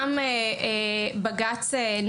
דוגמה נוספת היא במקרה של בג״ץ עמנואל,